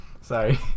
Sorry